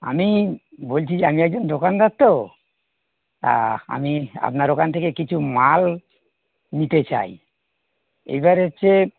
আমি বলছি যে আমি একজন দোকানদার তো তা আমি আপনার ওখান থেকে কিছু মাল নিতে চাই এইবার হচ্ছে